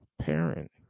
parent